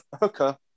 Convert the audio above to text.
hooker